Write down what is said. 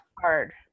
hard